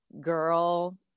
girl